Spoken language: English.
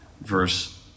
verse